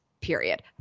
period